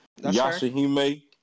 Yashahime